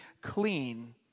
clean